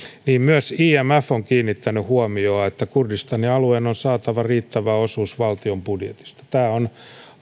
myös imf on kiinnittänyt huomiota siihen että kurdistanin alueen on saatava riittävä osuus valtion budjetista tämä on